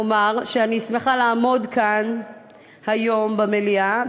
אומַר שאני שמחה לעמוד כאן היום במליאה,